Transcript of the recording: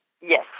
Yes